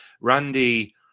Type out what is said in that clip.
Randy